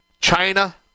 china